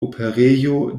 operejo